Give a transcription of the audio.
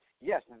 yes